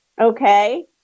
Okay